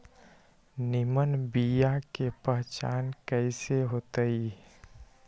निमन बीया के पहचान कईसे होतई?